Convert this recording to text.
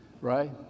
Right